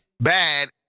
bad